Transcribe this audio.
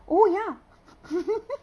oh ya